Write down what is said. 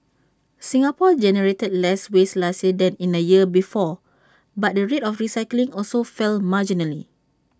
Singapore generated less waste last year than in the year before but the rate of recycling also fell marginally